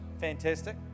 Fantastic